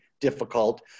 difficult